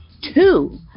two